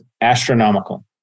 astronomical